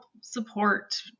support